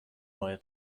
neue